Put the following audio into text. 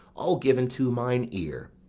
all given to mine ear.